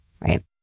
Right